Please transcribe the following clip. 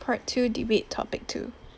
part two debate topic two